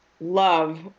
love